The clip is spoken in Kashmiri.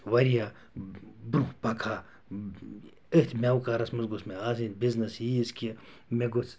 واریاہ برٛۄنٛہہ پَکہٕ ہا أتھۍ میٚوٕ کارَس منٛز گوٚژھ مےٚ آسٕنۍ بِزنیٚس ییٖژ کہِ مےٚ گوٚژھ